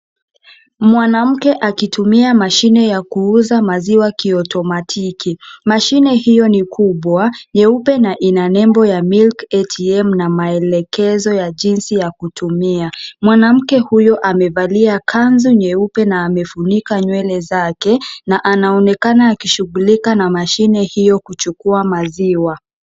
Mwanamke akitumia mashine ya kuuza maziwa kiotomatiki, mashine hiyo ni kubwa, nyeupe na ina nembo ya Milk ATM na maelekezo ya jinsi ya kutumia. Mwanamke huyo amevalia kanzu nyeupe na amefunika nywele zake na anaonekana akishughulika na mashine hiyo kuchukua maziwa.